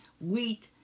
wheat